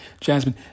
Jasmine